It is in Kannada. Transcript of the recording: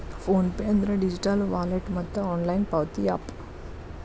ಫೋನ್ ಪೆ ಅಂದ್ರ ಡಿಜಿಟಲ್ ವಾಲೆಟ್ ಮತ್ತ ಆನ್ಲೈನ್ ಪಾವತಿ ಯಾಪ್